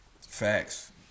Facts